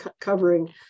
covering